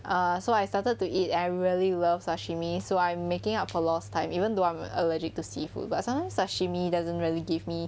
err so I started to eat I really love sashimi so I'm making up for lost time even though I'm allergic to seafood but sometimes sashimi doesn't really give me